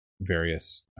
various